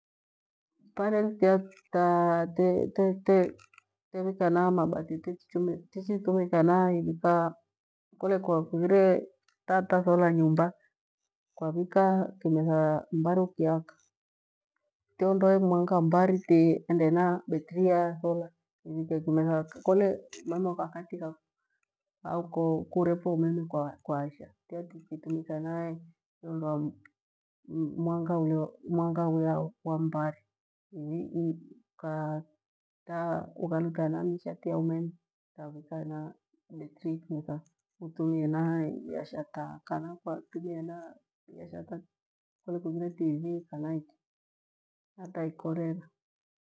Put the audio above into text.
Pandi tia ta te uka hena mabati tichitumika hena ivika kole kwa kuure taa tathora nyumba kwavika kimetha mmbali ukiaka tiondoe mwanga wa mmbari tiiende ena betri iya ya thora tivika kimetha kole umeme ukavitika au kuurefo umeme kwaasha tiya tichitumika hena iondoa mwanga uya wa mmbali. Ukavika hena nishati ya umeme tavika hena betri kimetha itumie hena iasha taa kana kwa tumia hena iasha hata tivii kana iki hata ikorera.